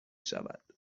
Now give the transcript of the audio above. شود